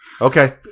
Okay